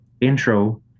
intro